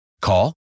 Call